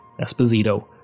Esposito